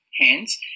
hands